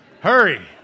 Hurry